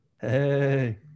Hey